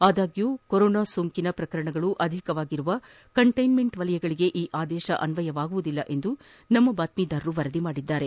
ಆದಾಗ್ಕೂ corona ಸೋಂಕಿನ ಪ್ರಕರಣಗಳು ಅಧಿಕವಾಗಿರುವ ಕಂಟೈನ್ಮೆಂಟ್ ವಲಯಗಳಿಗೆ ಈ ಆದೇಶ ಅನ್ವಯವಾಗುವುದಿಲ್ಲ ಎಂದು ನಮ್ಮ ಬಾತ್ಮೀದಾರರು ವರದಿ ಮಾಡಿದ್ದಾರೆ